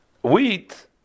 Wheat